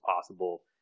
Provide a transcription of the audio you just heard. possible